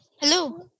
Hello